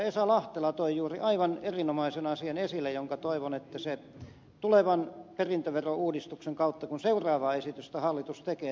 esa lahtela toi juuri aivan erinomaisen asian esille ja toivon että se tulevan perintöverouudistuksen kautta kun seuraavaa esitystä hallitus tekee tuodaankin esille